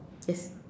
yes